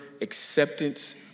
acceptance